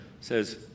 says